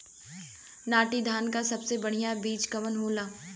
नाटी धान क सबसे बढ़िया बीज कवन होला?